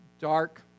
Dark